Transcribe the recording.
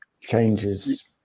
changes